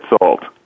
sold